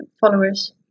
followers